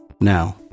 Now